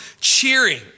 cheering